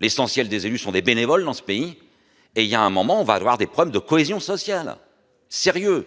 l'essentiel des élus sont des bénévoles dans ce pays et il y a un moment où on va avoir des problèmes de cohésion sociale sérieuse